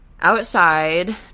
Outside